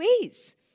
ways